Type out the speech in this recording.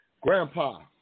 Grandpa